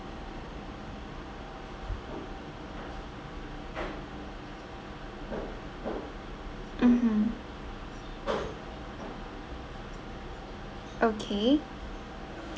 mmhmm okay